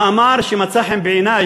מאמר שמצא חן בעיני,